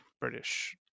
British